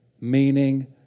Meaning